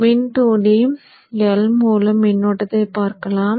மின்தூண்டி IL மூலம் மின்னோட்டத்தைப் பார்க்கலாம்